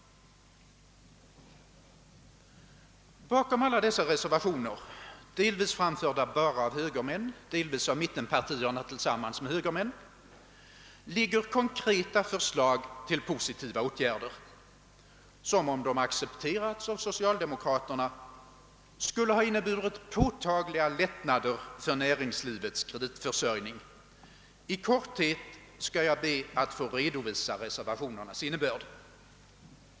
Bakom alla dessa reservationer, delvis framförda bara av högermän, delvis av representanter för mittenpartierna tillsammans med högermän, ligger konkreta förslag till positiva åtgärder som, om de accepterats av socialdemokraterna, skulle ha inneburit påtagliga lättna: der för näringslivets kreditförsörjning Jag skall be att i korthet få redovisa re: servationernas innebörd.